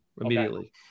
immediately